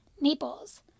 Naples